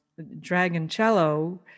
Dragoncello